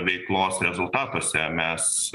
veiklos rezultatuose mes